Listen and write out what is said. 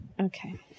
Okay